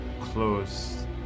close